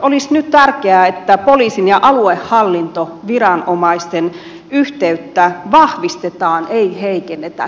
olisi nyt tärkeää että poliisin ja aluehallintoviranomaisten yhteyttä vahvistetaan ei heikennetä